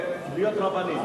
להיות רבנים?